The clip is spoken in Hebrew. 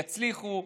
יצליחו.